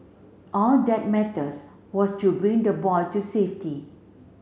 all that mattes was to bring the boy to safety